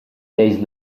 days